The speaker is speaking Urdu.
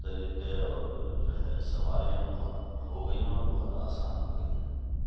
طریقے اور جو ہے سواریاں بہت ہوگئی ہیں اور بہت آسان ہوگئی ہیں